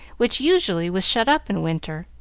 which usually was shut up in winter.